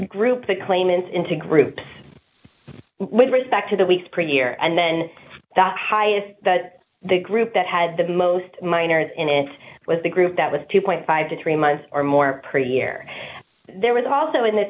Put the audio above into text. group the claimants into groups with respect to the weeks per year and then that highest the group that had the most miners in it was the group that was two point five to three months or more per year there was also in this